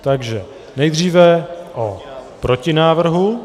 Takže nejdříve o protinávrhu.